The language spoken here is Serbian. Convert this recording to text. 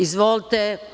Izvolite.